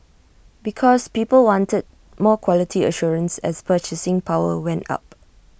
because people wanted more quality assurance as purchasing power went up